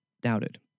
doubted